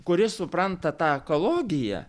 kuris supranta tą ekologiją